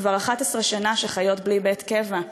שכבר 11 שנה חיות בלי בית קבע.